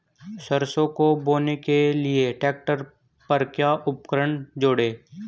सरसों को बोने के लिये ट्रैक्टर पर क्या उपकरण जोड़ें?